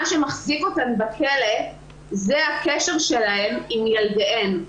מה שמחזיק אותן בכלא זה הקשר שלהן עם ילדיהן.